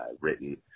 written